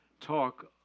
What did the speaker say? talk